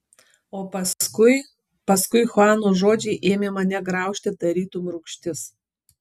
o paskui paskui chuano žodžiai ėmė mane graužti tarytum rūgštis